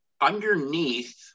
underneath